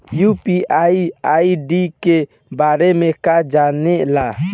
UPI ID के बारे में का जाने ल?